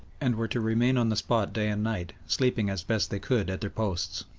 and were to remain on the spot day and night, sleeping as best they could at their posts.